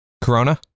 Corona